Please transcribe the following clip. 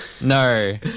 No